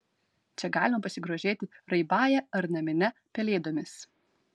čia galima pasigrožėti raibąja ar namine pelėdomis